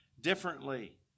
differently